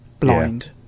Blind